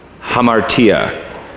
hamartia